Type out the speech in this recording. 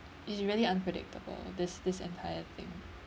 it's really unpredictable this this entire thing